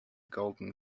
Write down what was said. golden